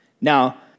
Now